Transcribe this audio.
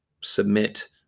submit